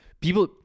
people